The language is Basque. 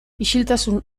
isiltasun